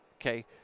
okay